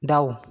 दाउ